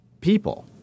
people